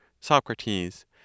Socrates